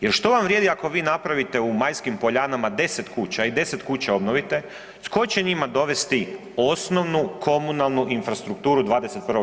Jer što vam vrijedi ako vi napravite u Majskim Poljanama deset kuća i deset kuća obnovite, tko će njima dovesti osnovnu komunalnu infrastrukturu 21.